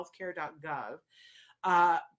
HealthCare.gov